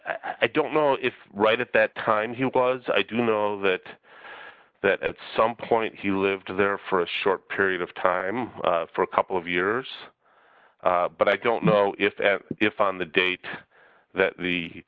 i don't know if right at that time he was i do know that that at some point he lived there for a short period of time for a couple of years but i don't know if if on the date that the